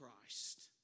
Christ